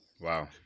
Wow